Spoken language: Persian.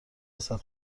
رسد